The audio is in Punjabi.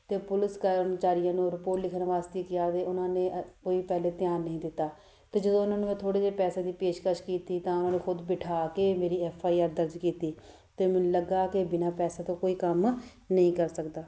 ਅਤੇ ਪੁਲਿਸ ਕਰਮਚਾਰੀਆਂ ਨੂੰ ਰਿਪੋਰਟ ਲਿਖਣ ਵਾਸਤੇ ਕਿਹਾ ਤਾਂ ਉਹਨਾਂ ਨੇ ਕੋਈ ਪਹਿਲਾਂ ਧਿਆਨ ਨਹੀਂ ਦਿੱਤਾ ਅਤੇ ਜਦੋਂ ਉਹਨਾਂ ਨੂੰ ਮੈਂ ਥੋੜ੍ਹੇ ਜਿਹੇ ਪੈਸੇ ਦੀ ਪੇਸ਼ਕਸ਼ ਕੀਤੀ ਤਾਂ ਉਹਨਾਂ ਨੇ ਖੁਦ ਬਿਠਾ ਕੇ ਮੇਰੀ ਐੱਫ ਆਈ ਆਰ ਦਰਜ ਕੀਤੀ ਅਤੇ ਮੈਨੂੰ ਲੱਗਿਆ ਕਿ ਬਿਨਾਂ ਪੈਸੇ ਤੋਂ ਕੋਈ ਕੰਮ ਨਹੀਂ ਕਰ ਸਕਦਾ